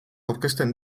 aurkezten